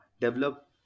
develop